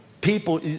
people